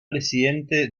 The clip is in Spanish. presidente